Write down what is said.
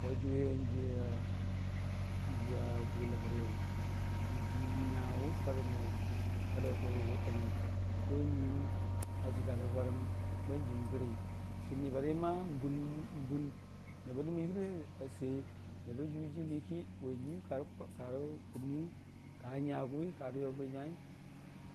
Wai jʊiwiwʊ n'jiiya jiiya bwiləm riyʊ jii nya wʊni'farə mo wʊtəm nyuii a jəga nəbbə barəm ban jiim gəri kinibari n'bun bun mebə dəmə yəgiirasei mebə juu jɨniiki nyuiikarə kumniiyu ka nyagʊwi, karə yobi nyai